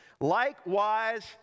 Likewise